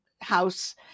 House